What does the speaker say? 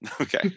Okay